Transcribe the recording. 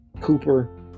Cooper